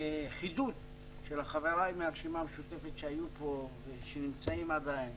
והחידוד של חבריי מהרשימה המשותפת שהיו פה ושנמצאים עדיין,